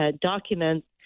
documents